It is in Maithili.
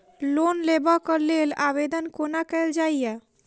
लोन लेबऽ कऽ लेल आवेदन कोना कैल जाइया?